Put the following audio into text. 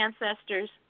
ancestors